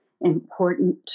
important